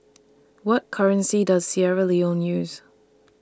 What currency Does Sierra Leone use